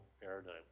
paradigm